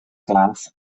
glass